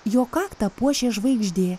jo kaktą puošė žvaigždė